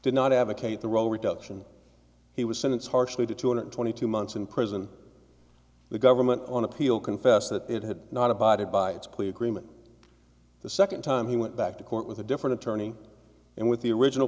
did not advocate the role reduction he was sentenced harshly to two hundred twenty two months in prison the government on appeal confessed that it had not abided by its plea agreement the second time he went back to court with a different attorney and with the original